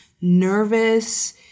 nervous